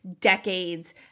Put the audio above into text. decades